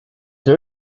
the